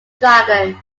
dragon